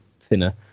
thinner